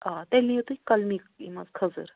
آ تیٚلہِ نِیُو تُہۍ کَلمی یِم حظ خٔزٕر